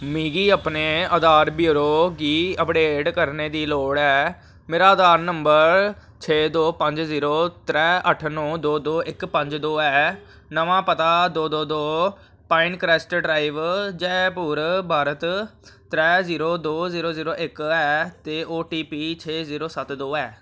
मिगी अपने आधार ब्यौरो गी अपडेट करने दी लोड़ ऐ मेरा आधार नंबर छेऽ दो पंज जीरो त्रैऽ अट्ठ नौ दो दो इक पंज दो ऐ नमां पता दो दो Pine Crest Drive Jaipur Bharat त्रैऽ जीरो दो जीरो जीरो इक ऐ ते ओ टी पी छेऽ जीरो सत्त दो ऐ